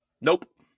Nope